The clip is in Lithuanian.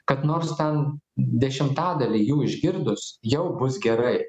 kad nors ten dešimtadalį jų išgirdus jau bus gerai